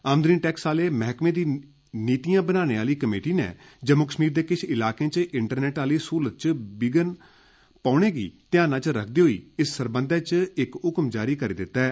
आमदनी टैक्स आले मैह्कर्मे दी नीतियां बनाने आली कमेटी नै जम्मू कश्मीर दे किश इलाकें च इंटरनेट आली सहूलत च बिघन पौहने गी ध्यान च रक्खदे होई इत सरबंधै च इक ह्क्म जारी करी दित्ता ऐ